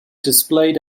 displayed